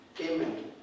Amen